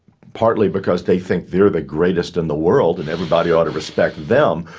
partly because they think they're the greatest in the world and everybody ought to respect them.